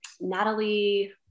Natalie